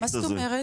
מה זאת אומרת?